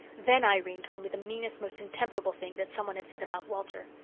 then irene told me the meanest, most contemptible thing that someone had said about walter.